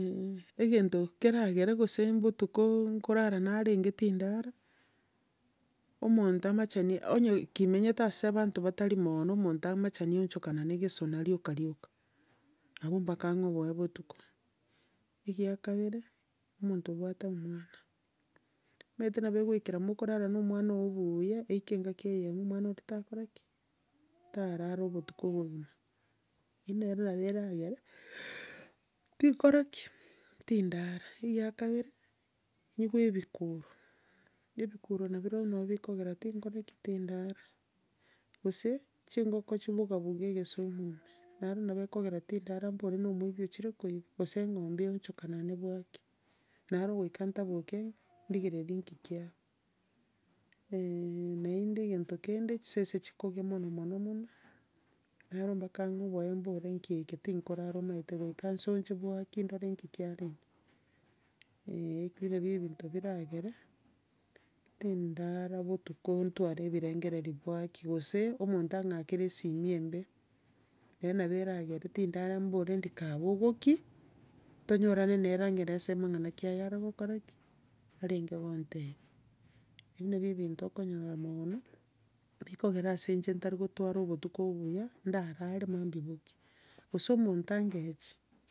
egento keragera gose mbotuko nkorara narenge tindara, omonto amachenie, onya kimenyete ase banto batari monoo, omonto amachani aonchokanane gesona rioka rioka. Abwo mpaka ng'oboe botuko, ekia kabere, omonto obwate omwana. Omanyete nabo ekegoikera mokorara na omwana oyio buya eike engaki eyemo, omwana oria takora ki? tarara obotuko obogima. Eria nabo nere eragere, tinkora ki? Tindara, ekia kabere, nyigwe ebikuro, na ebikuro nabirobia nabirobia nabo bikogera tinkore ki? Tindara. Gose, chingoko chibuga buge egesumu ime, naro nabo ekogera tindara mbore na omoibi ochire koiba, gose eng'ombe eonchokanane bwakia, naro goika ntaboboke ndiregereria nki kiaba, naende egento kende, chisese chikoge mono mono mono, naro mpaka ng'oboe mbore nki eke ntikorara omanyete goika nsoche bwakia ndore inki kyarenge, eh. Ebio nabio ebinto biragere, tindara obotuko nitware ebirengererio bwakia, gose, omonto ang'akere esimi embe, nero nabo eragere tindara mbore ndi kaa bogokia, tonyorane nere, ang'erese amang'ana ki aya are gokora ki? Arenge gotebia. Ebio nabio ebinto okonyora moono bikogera ase inche ntari gotwara obotuko obuya, ndarare, mambia bokie, gose omonto angechie.